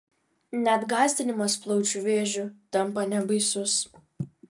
net gąsdinimas plaučių vėžiu tampa nebaisus